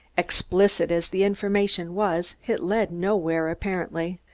explicit as the information was it led nowhere, apparently.